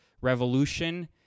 revolution